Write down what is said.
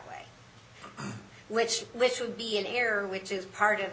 way which which would be in error which is part of